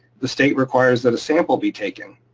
the state requires that a sample be taken.